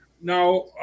Now